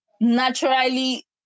naturally